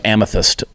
Amethyst